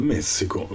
Messico